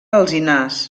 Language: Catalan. alzinars